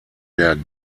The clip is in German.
der